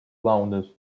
loudness